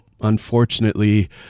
Unfortunately